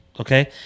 okay